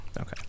Okay